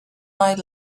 eye